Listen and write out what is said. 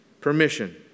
permission